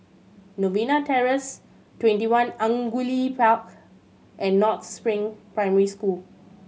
Novena Terrace TwentyOne Angullia Park and North Spring Primary School